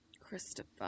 Christopher